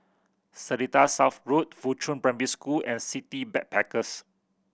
Seletar South Road Fuchun Primary School and City Backpackers